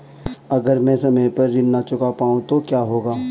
अगर म ैं समय पर ऋण न चुका पाउँ तो क्या होगा?